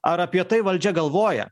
ar apie tai valdžia galvoja